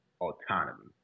autonomy